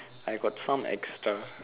I got some extra